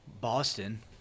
Boston